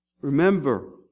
Remember